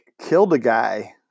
Killed-A-Guy